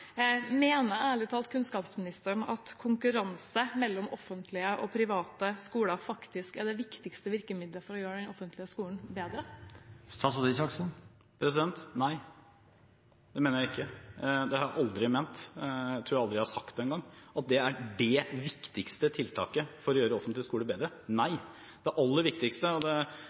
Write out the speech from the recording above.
Mener ærlig talt kunnskapsministeren at konkurranse mellom offentlige og private skoler faktisk er det viktigste virkemiddelet for å gjøre den offentlige skolen bedre? Nei, det mener jeg ikke. Det har jeg aldri ment, og jeg tror aldri jeg har sagt at det er det viktigste tiltaket for å gjøre offentlig skole bedre. Nei! Da Høyre gikk til valg, var det